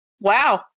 Wow